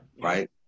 Right